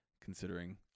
considering